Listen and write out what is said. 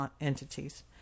entities